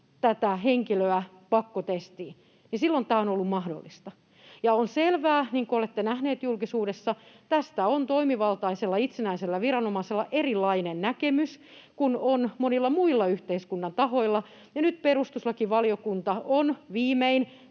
tätä henkilöä pakkotestiin. On selvää, niin kuin olette nähneet julkisuudessa, että tästä on toimivaltaisella, itsenäisellä viranomaisella erilainen näkemys kuin monilla muilla yhteiskunnan tahoilla, ja nyt perustuslakivaliokunta on viimein